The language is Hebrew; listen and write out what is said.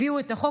הביאו את החוק,